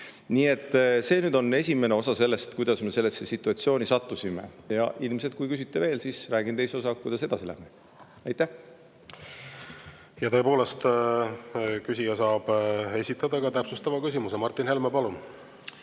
piirid. See nüüd on esimene osa sellest, kuidas me sellesse situatsiooni sattusime. Ja ilmselt, kui küsite veel, räägin teises osas, kuidas me edasi lähme. Tõepoolest, küsija saab esitada ka täpsustava küsimuse. Martin Helme, palun!